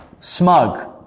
smug